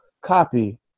copy